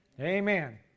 Amen